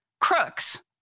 Crooks